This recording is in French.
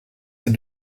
ses